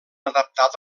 adaptat